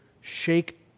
shake